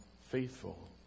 faithful